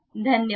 धन्यवाद